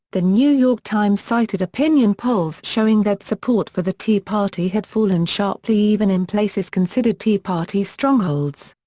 the new york times cited opinion polls showing that support for the tea party had fallen sharply even in places considered tea party strongholds.